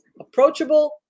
approachable